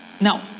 Now